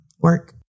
work